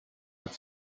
hat